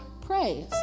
praise